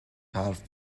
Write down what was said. حرف